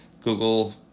Google